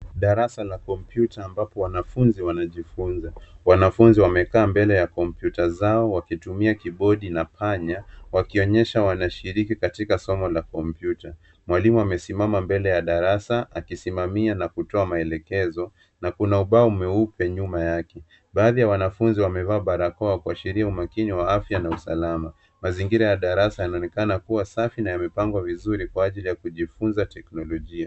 Darasa la kompyuta ambapo wanafunzi wanajifunza. Wanafunzi wamekaa mbele ya kompyuta zao wakitumia kibodi na panya wakionyesha wanashiriki katika somo la kompyuta. Mwalimu amesimama mbele ya darasa akisimamia na kutoa maelekezo na kuna ubao mweupe nyuma yake. Baadhi ya wanafunzi wamevaa barakoa kuashiria umakini wa afya na usalama. Mazingira ya darasa yanaonekana kuwa safi na yamepangwa vizuri kwa ajili ya kujifunza teknolojia.